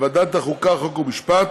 לוועדת החוקה, חוק ומשפט,